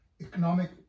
economic